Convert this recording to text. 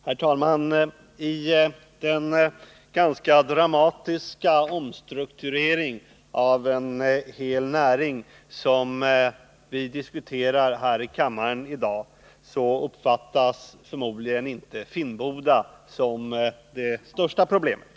Herr talman! I den ganska dramatiska omstrukturering av en hel näring som vi diskuterar här i kammaren i dag uppfattas förmodligen inte Finnboda såsom det största problemet.